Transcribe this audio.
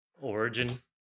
origin